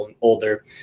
older